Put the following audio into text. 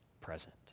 present